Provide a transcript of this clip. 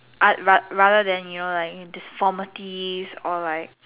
uh ra~ rather than your like deformities or your like